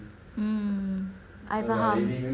mm I faham